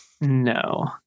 No